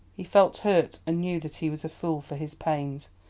he felt hurt, and knew that he was a fool for his pains.